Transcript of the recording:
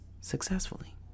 successfully